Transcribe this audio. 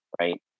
right